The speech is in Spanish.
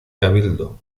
cabildo